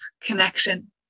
connection